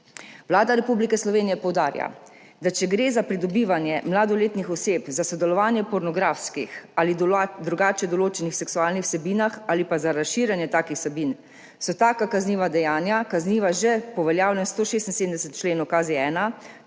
Vlada Republike Slovenije poudarja, da če gre za pridobivanje mladoletnih oseb za sodelovanje v pornografskih ali drugače določenih seksualnih vsebinah ali pa za razširjanje takih vsebin, so taka kazniva dejanja kazniva že po veljavnem 176. členu KZ-1,